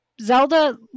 Zelda